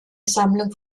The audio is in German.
sammlung